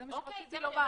זה מה שאני רציתי לומר.